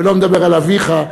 ולא מדבר על אביך,